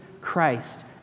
Christ